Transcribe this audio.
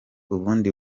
ubundi